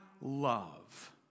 love